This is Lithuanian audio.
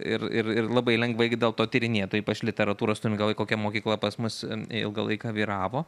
ir ir ir labai lengvai gi dėl to tyrinėtojai ypač literatūros turint galvoj kokia mokykla pas mus ilgą laiką vyravo